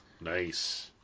Nice